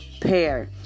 pair